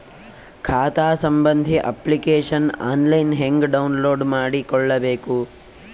ಖಾತಾ ಸಂಬಂಧಿ application online ಹೆಂಗ್ ಡೌನ್ಲೋಡ್ ಮಾಡಿಕೊಳ್ಳಬೇಕು?